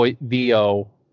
vo